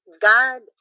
God